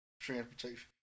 transportation